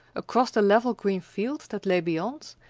across the level green fields that lay beyond,